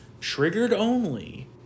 Triggered-only